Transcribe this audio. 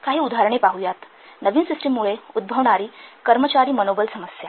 काही उदाहरणे आपण पाहूया नवीन सिस्टिममुळे उद्भवणारी कर्मचारी मनोबल समस्या